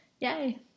Yay